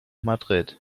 madrid